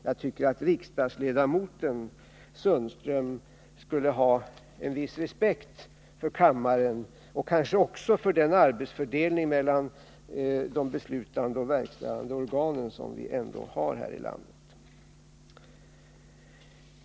Jag tycker att också riksdagsledamoten Sten-Ove Sundström borde ha en viss respekt för kammaren och kanske också för den arbetsfördelning mellan de beslutande och verkställande organen som vi ändå har här i landet.